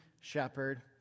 shepherd